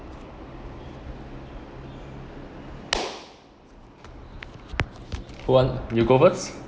who want you go first